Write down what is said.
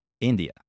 India